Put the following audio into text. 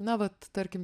na vat tarkim